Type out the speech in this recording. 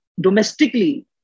domestically